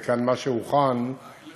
כי מה שהוכן זה